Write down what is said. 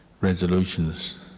resolutions